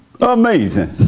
Amazing